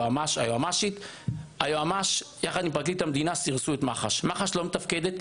היועמ"ש יחד עם פרקליט המדינה סירסו את מח"ש ומח"ש לא מתפקדת,